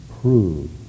prove